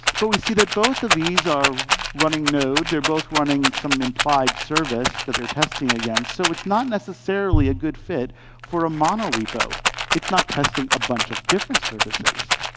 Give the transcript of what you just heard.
but we see that both of these are running node. they're both running some implied service that they're testing again. so it's not necessarily a good fit for a monorepo. it's not testing a bunch of different services.